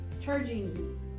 charging